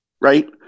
right